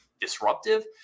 disruptive